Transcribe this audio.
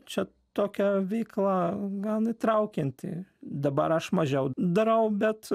čia tokia veikla gan įtraukianti dabar aš mažiau darau bet